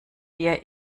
wir